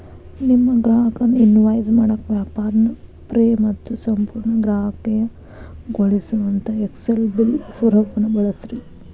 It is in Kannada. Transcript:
ನಿಮ್ಮ ಗ್ರಾಹಕರ್ನ ಇನ್ವಾಯ್ಸ್ ಮಾಡಾಕ ವ್ಯಾಪಾರ್ನ ಫ್ರೇ ಮತ್ತು ಸಂಪೂರ್ಣ ಗ್ರಾಹಕೇಯಗೊಳಿಸೊಅಂತಾ ಎಕ್ಸೆಲ್ ಬಿಲ್ ಸ್ವರೂಪಾನ ಬಳಸ್ರಿ